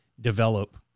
develop